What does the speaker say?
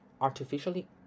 artificially